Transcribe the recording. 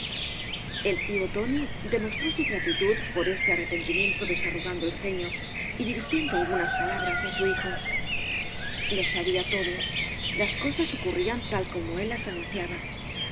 el tío tóii demostró su gratitud por este arrepentimiento desarrugando el caño y dirigiendo algunas palabras á su hijo lo sabia todo las coáaa ocurrían tal como él las anunciaba